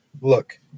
Look